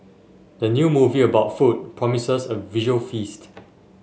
the new movie about food promises a visual feast